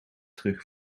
terug